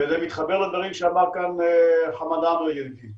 וזה מתחבר לדברים שאמר חמד עמאר ידידי